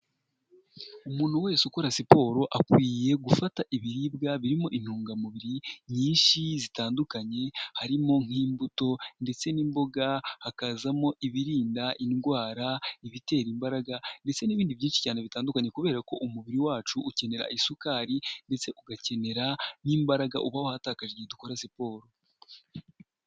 Umuntu wese ukora siporo akwiye gufata ibiribwa birimo intungamubiri nyinshi zitandukanye harimo nk'imbuto ndetse n'imboga, hakazamo ibirinda indwara, ibitera imbaraga ndetse n'ibindi byinshi cyane bitandukanye, kubera ko umubiri wacu ukenera isukari ndetse ugakenera n'imbaraga uba watakaje igihe dukora siporo.